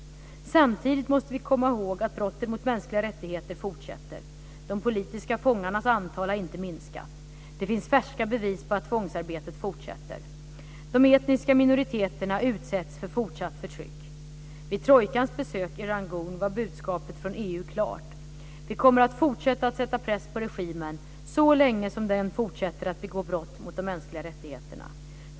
Samtidigt måste vi komma ihåg att brotten mot mänskliga rättigheter fortsätter. De politiska fångarnas antal har inte minskat. Det finns färska bevis på att tvångsarbetet fortsätter. De etniska minoriteterna utsätts för fortsatt förtryck. Vid trojkans besök i Rangoon var budskapet från EU klart: Vi kommer att fortsätta sätta press på regimen så länge som den fortsätter att begå brott mot de mänskliga rättigheterna.